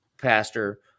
Pastor